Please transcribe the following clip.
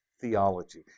theology